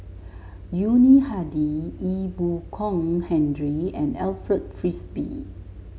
Yuni Hadi Ee Boon Kong Henry and Alfred Frisby